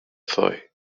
zoe